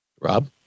Rob